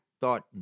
thought